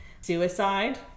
Suicide